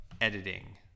editing